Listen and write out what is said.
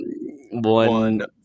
one